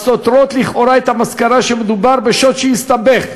הסותרות לכאורה את המסקנה שמדובר בשוד שהסתבך.